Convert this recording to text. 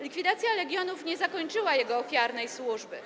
Likwidacja Legionów nie zakończyła jego ofiarnej służby.